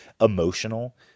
emotional